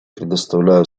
предоставляю